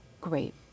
great